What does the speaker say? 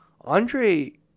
Andre